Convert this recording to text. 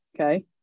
Okay